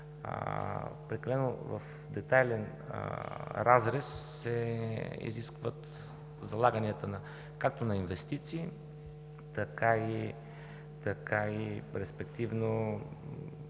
прекалено детайлен разрез се изискват залаганията както на инвестиции, така и респективно програмите